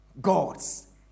God's